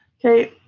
okay,